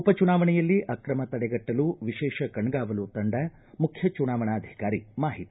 ಉಪಚುನಾವಣೆಯಲ್ಲಿ ಅಕ್ರಮ ತಡೆಗಟ್ಟಲು ವಿಶೇಷ ಕಣ್ಗಾವಲು ತಂಡ ಮುಖ್ಯ ಚುನಾವಣಾಧಿಕಾರಿ ಮಾಹಿತಿ